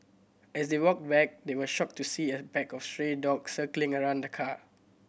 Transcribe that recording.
as they walked back they were shocked to see a pack of stray dogs circling around the car